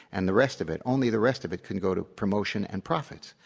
and the rest of it, only the rest of it can go to promotion and profits.